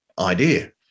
idea